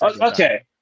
okay